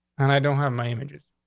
and i don't have my images.